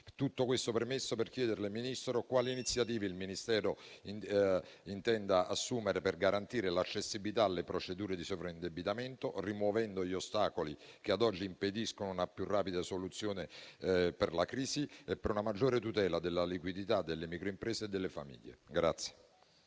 attività, si chiede di sapere quali iniziative il Ministro in indirizzo intenda assumere per garantire l'accessibilità alle procedure di sovraindebitamento, rimuovendo gli ostacoli che ad oggi impediscono una più rapida risoluzione delle crisi, per una maggiore tutela della liquidità delle micro imprese e delle famiglie.